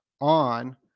on